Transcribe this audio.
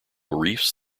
reefs